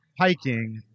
hiking